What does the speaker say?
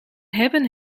hebben